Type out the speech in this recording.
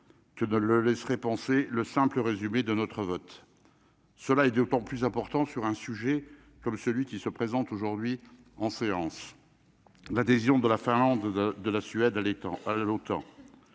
que ne le laisserait penser le simple résumé de notre vote, cela est d'autant plus important sur un sujet comme celui qui se présente aujourd'hui en séance l'adhésion de la Finlande, de la Suède à l'étang